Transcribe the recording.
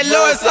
Lord